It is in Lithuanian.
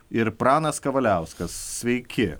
ir pranas kavaliauskas sveiki